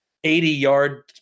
80-yard